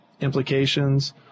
implications